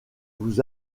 vous